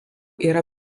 yra